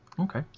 Okay